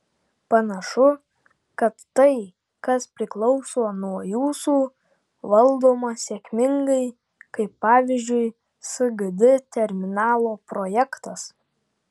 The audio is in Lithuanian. panašu kad tai kas priklauso nuo jūsų valdoma sėkmingai kaip pavyzdžiui sgd terminalo projektas